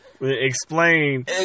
Explain